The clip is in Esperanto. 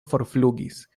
forflugis